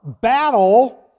battle